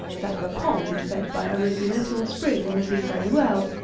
that of a pond, fed by a rivulet, or spring, will do very well.